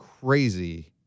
crazy